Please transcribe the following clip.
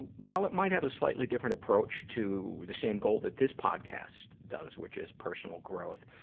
and while it might have a slight different approach to the same goal that this podcast does which is personal growth